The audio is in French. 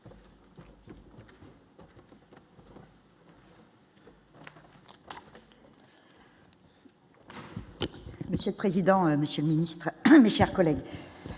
Monsieur le président, Monsieur le Ministre, mes chers collègues